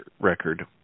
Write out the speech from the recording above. record